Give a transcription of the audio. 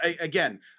Again